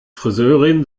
friseurin